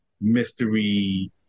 mystery